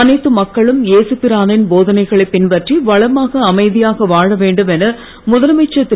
அனைத்து மக்களும் ஏசு பிரானின் போதனைகளை பின்பற்றி வளமாக அமைதியாக வாழ வேண்டும் என முதலமைச்சர் திரு